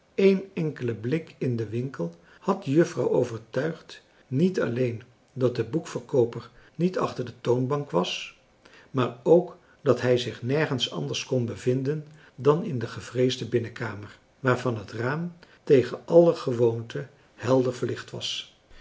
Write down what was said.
één enkele blik in den winkel had de juffrouw overtuigd niet alleen dat de boekverkooper niet achter de toonbank was maar ook dat hij zich nergens anders kon bevinden dan in de gevreesde binnenkamer waarvan het raam tegen alle gewoonte helder verlicht was